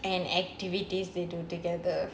and activities they do together